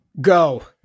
Go